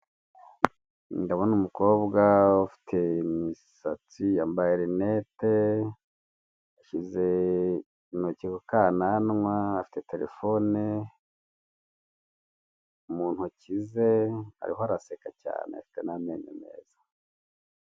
Ndabona umukobwa ufite imisatsi yambaye linete ashyize intoki ku kananwa, afite telefone mu ntoki ze ariho araseka cyane afite n'amenyo meza.